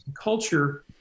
culture